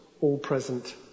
all-present